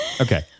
Okay